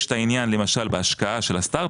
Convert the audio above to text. יש את העניין למשל בהשקעה של הסטארט